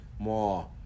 more